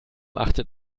achtet